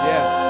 Yes